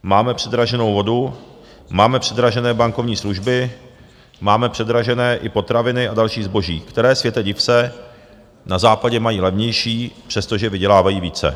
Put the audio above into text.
Máme předraženou vodu, máme předražené bankovní služby, máme předražené i potraviny a další zboží, které světe div se, na západě mají levnější, přestože vydělávají více.